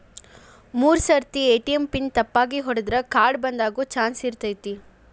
ಮೂರ್ ಸರ್ತಿ ATM PIN ತಪ್ಪಾಗಿ ಹೊಡದ್ರ ಕಾರ್ಡ್ ಬಂದಾಗೊ ಚಾನ್ಸ್ ಇರ್ತೈತಿ